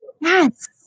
Yes